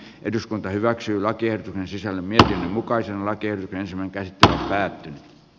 eduskunta hyväksyy lakiin sisälly tähän mukaisella kielteisemmän käsittää